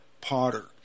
potter